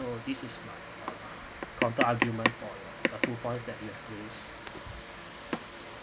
oh this is my counter argument for your uh few points that you have rise